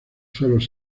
suelos